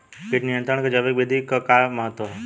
कीट नियंत्रण क जैविक विधि क का महत्व ह?